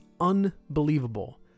unbelievable